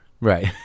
Right